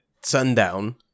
sundown